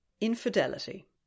Infidelity